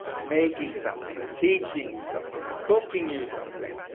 making something, teaching you something, cooking you something.